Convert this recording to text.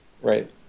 right